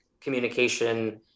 communication